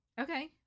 Okay